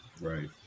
Right